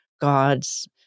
God's